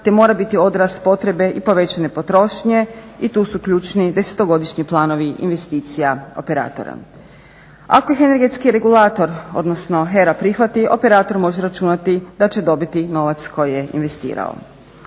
te mora biti odraz potrebe i povećane potrošnje i tu su ključni desetogodišnji planovi investicija operatora. Ako ih energetski regulator odnosno HERA prihvati, operator može računati da će dobiti novac koji je investirao.